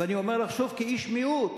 ואני אומר לך שוב כאיש מיעוט: